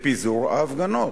בפיזור הפגנות,